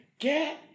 Get